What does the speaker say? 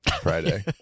Friday